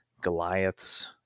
Goliaths